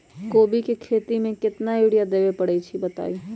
कोबी के खेती मे केतना यूरिया देबे परईछी बताई?